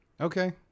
Okay